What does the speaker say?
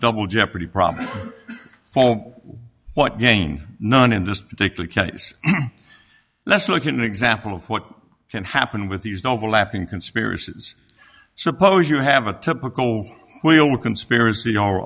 double jeopardy problem for what gain none in this particular case let's look at an example of what can happen with these novel lapping conspiracies suppose you have a typical wheel conspiracy